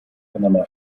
panama